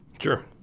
Sure